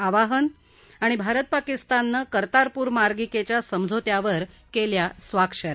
आवाहन भारत आणि पाकिस्ताननं कर्तारपूर मार्गिकेच्या समझोत्यावर केल्या स्वाक्ष या